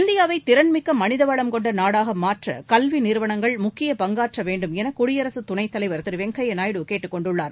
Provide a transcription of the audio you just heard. இந்தியாவைதிறன்மிக்கமளிதவளம் கொண்டநாடாகமாற்றகல்விநிறுவனங்கள் முக்கிய பங்காற்றவேண்டுமெனகுடியரசுதுணைத்தலைவர் திருவெங்கய்யாநாயுடு கேட்டுக்கொண்டுள்ளார்